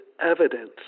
evidence